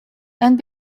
and